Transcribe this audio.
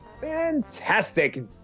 Fantastic